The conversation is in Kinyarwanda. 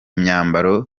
myambaro